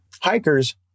hikers